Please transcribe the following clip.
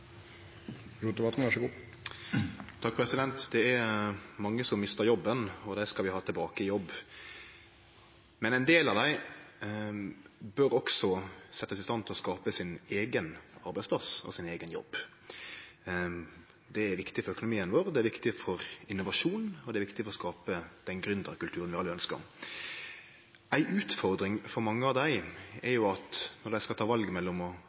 mange som mistar jobben, og dei skal vi ha tilbake i jobb. Men ein del av dei bør også bli sette i stand til å skape sin eigen arbeidsplass og sin eigen jobb. Det er viktig for økonomien vår, det er viktig for innovasjon, og det er viktig for å skape den gründerkulturen vi alle ønskjer. Ei utfordring for mange av dei er at når dei skal ta valet mellom å vere arbeidstakar, bli tilsett, og